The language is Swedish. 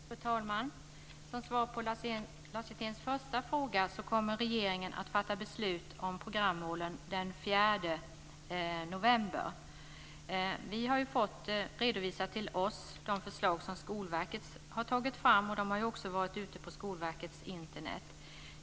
Fru talman! Som svar på Lars Hjerténs första fråga vill jag säga att regeringen kommer att fatta beslut om programmålen den 4 november. Vi har fått redovisat till oss de förslag som Skolverket har tagit fram och de har också presenterats på Skolverkets hemsida på Internet.